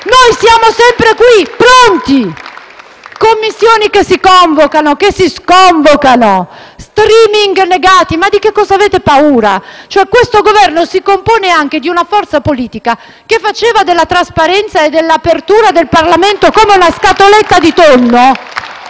dai Gruppi FI-BP e PD)*. Commissioni che si convocano, che si sconvocano, *streaming* negati: ma di che cosa avete paura? Questo Governo si compone anche di una forza politica che faceva della trasparenza e dell'apertura del Parlamento come una scatoletta di tonno